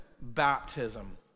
baptism